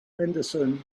henderson